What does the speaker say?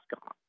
gone